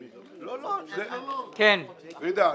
פרידה,